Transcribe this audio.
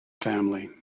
family